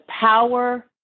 power